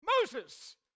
Moses